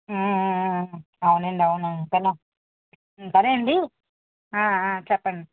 అవునండి అవునవును అంతేలే సరే అండి చెప్పండి